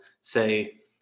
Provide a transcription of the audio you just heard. say